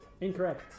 Incorrect